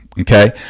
Okay